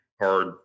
hard